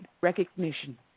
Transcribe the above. recognition